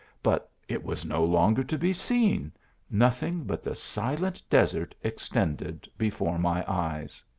but it was no longer to be seen, nothing but the silent desert extended before my eyes.